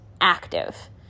active